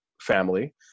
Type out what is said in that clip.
family